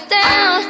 down